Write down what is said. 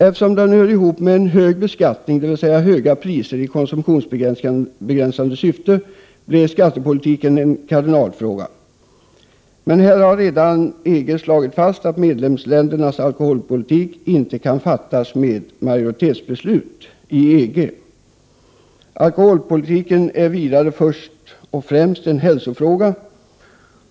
Eftersom alkohol beskattas hårt, dvs. höga priser i konsumtionsbegränsande syfte, blir skattepolitiken en kardinalfråga. EG har emellertid redan slagit fast att man inte kan fatta beslut om medlemsländernas alkoholpolitik genom majoritetsbeslut i EG. Alkoholpolitiken är vidare först och främst en hälsofråga.